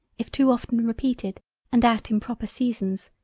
if too often repeated and at improper seasons,